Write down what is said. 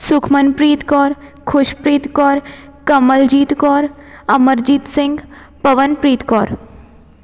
Sukhmanpreet Kaur Khushpreet Kaur Kamaljeet Kaur Amarjeet Singh Pawanpreet Kaur